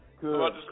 Good